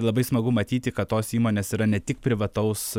labai smagu matyti kad tos įmonės yra ne tik privataus